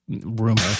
rumor